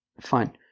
Fine